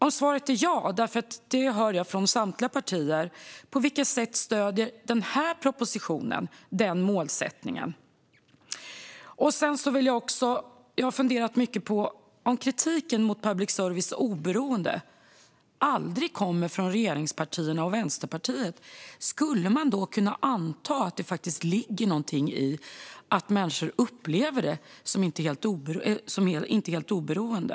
Om svaret är ja - det är det svar jag hör från samtliga partier - undrar jag på viket sätt den här propositionen stöder den målsättningen. Jag har funderat mycket på att om kritiken mot public services oberoende aldrig kommer från regeringspartierna och Vänsterpartiet - skulle man då kunna anta att det faktiskt ligger någonting i att människor upplever public service som inte helt oberoende?